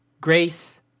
grace